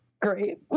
great